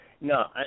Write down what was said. No